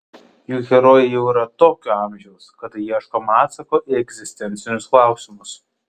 juk herojai jau yra tokio amžiaus kada ieškoma atsako į egzistencinius klausimus